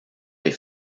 les